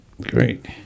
great